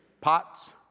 pots